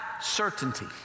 certainty